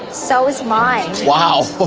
so is mine. wow.